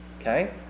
okay